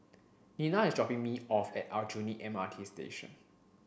Nena is dropping me off at Aljunied M R T Station